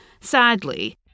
Sadly